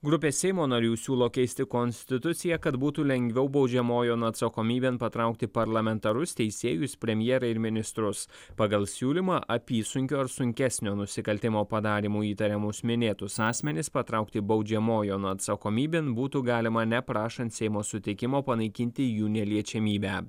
grupė seimo narių siūlo keisti konstituciją kad būtų lengviau baudžiamojon atsakomybėn patraukti parlamentarus teisėjus premjerą ir ministrus pagal siūlymą apysunkio ar sunkesnio nusikaltimo padarymu įtariamus minėtus asmenis patraukti baudžiamojon atsakomybėn būtų galima neprašant seimo sutikimo panaikinti jų neliečiamybę